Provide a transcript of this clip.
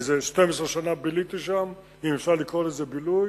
איזה 12 שנה ביליתי שם, אם אפשר לקרוא לזה בילוי,